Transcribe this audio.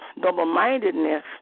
double-mindedness